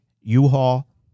U-Haul